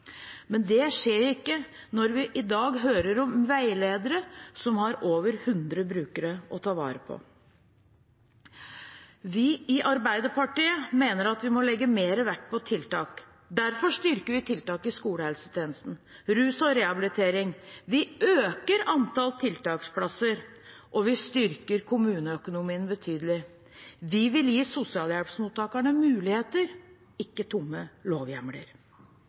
men det skjer ikke når vi i dag hører om veiledere som har over 100 brukere å ta vare på. Vi i Arbeiderpartiet mener at vi må legge mer vekt på tiltak. Derfor styrker vi tiltak i skolehelsetjenesten, mot rus og for rehabilitering. Vi øker antallet tiltaksplasser, og vi styrker kommuneøkonomien betydelig. Vi vil gi sosialhjelpsmottakerne muligheter, ikke tomme lovhjemler.